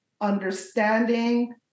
understanding